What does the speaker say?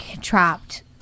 trapped